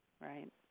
Right